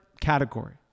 category